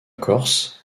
corse